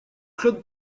claude